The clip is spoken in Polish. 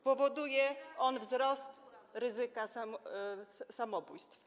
Powoduje on wzrost ryzyka samobójstwa.